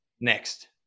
next